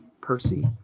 Percy